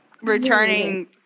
returning